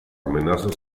amenazas